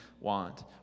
want